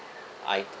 I